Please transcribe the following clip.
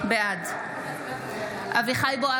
בעד אביחי אברהם